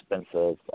expensive